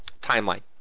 timeline